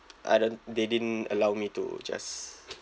I don't they didn't allow me to just